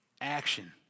Action